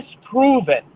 disproven